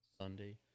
Sunday